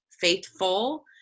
faithful